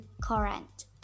current